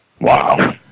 Wow